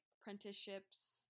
apprenticeships